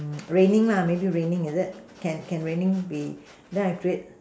raining lah maybe raining is it can can raining be then I create